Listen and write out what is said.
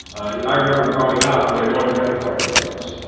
i remember growing up, we had one credit card in the house.